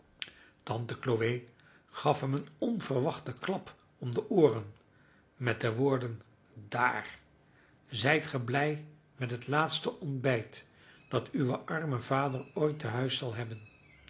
tante chloe gaf hem een onverwachten klap om de ooren met de woorden daar zijt ge blij met het laatste ontbijt dat uw arme vader ooit tehuis zal hebben